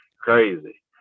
crazy